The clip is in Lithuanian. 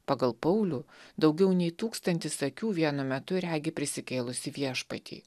pagal paulių daugiau nei tūkstantis akių vienu metu regi prisikėlusį viešpatį